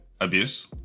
abuse